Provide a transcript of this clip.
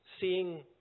seeing